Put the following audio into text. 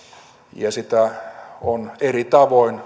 ja sitä on eri tavoin